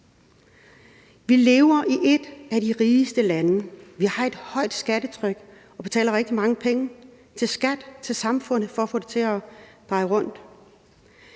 Vi lever i et af de rigeste lande. Vi har et højt skattetryk og betaler rigtig mange penge i skat, til samfundet, for at få det til at køre rundt.